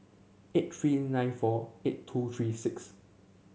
eight three nine four eight two three six